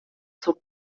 zog